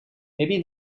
maybe